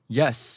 yes